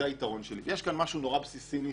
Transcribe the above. שוב אני אומר: יש לשר מספיק אמצעים.